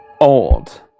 old